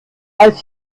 als